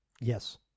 Yes